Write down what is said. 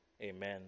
Amen